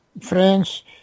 friends